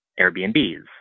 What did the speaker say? Airbnbs